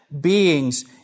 beings